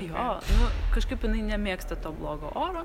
jo nu kažkaip jinai nemėgsta to blogo oro